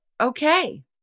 Okay